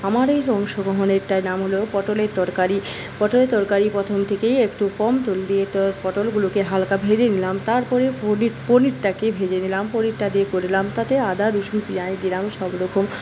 আমার এই অংশগ্রহণটার নাম হল পটলের তরকারি পটলের তরকারি প্রথম থেকেই একটু কম তেল দিয়ে দেওয়া পটলগুলোকে হালকা ভেজে নিলাম তারপরে পনির পনিরটাকে ভেজে নিলাম পনিরটা দিয়ে করলাম তাতে আদা রসুন পেঁয়াজ দিলাম সবরকম